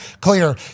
clear